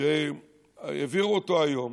שהעבירו היום,